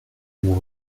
war